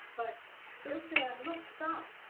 but they're saying look, stop.